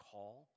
call